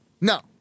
No